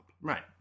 Right